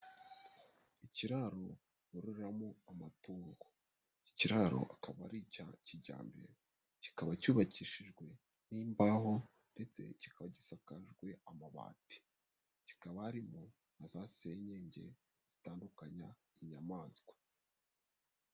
Ikiraro bororeramo amatungo, iki kiraro akaba ari icya kijyambere, kikaba cyubakishijwe n'imbaho ndetse kikaba gisakajwe amabati, kikaba harimo na za senyenge zitandukanya inyamaswa.